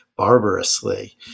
Barbarously